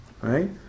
right